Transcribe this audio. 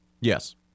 Yes